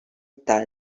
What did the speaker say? iddia